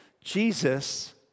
Jesus